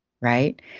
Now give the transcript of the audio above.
right